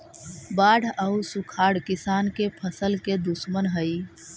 बाढ़ आउ सुखाड़ किसान के फसल के दुश्मन हइ